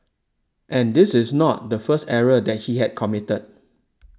and this is not the first error that he had committed